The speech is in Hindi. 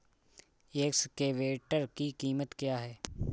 एक्सकेवेटर की कीमत क्या है?